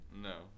No